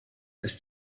ist